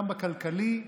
גם בכלכלי,